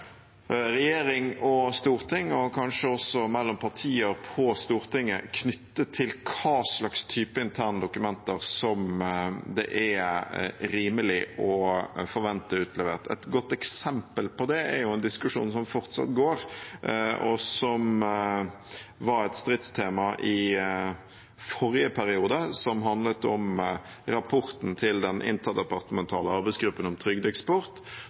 regjering og storting, og kanskje også mellom partier på Stortinget, knyttet til hvilken type interne dokumenter som det er rimelig å forvente utlevert. Et godt eksempel på det er diskusjonen som fortsatt går, og som var et stridstema i forrige periode, som handler om rapporten til den interdepartementale arbeidsgruppen om